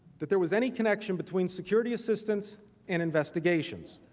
that there was any connection between security assistance and investigations?